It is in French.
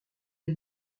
des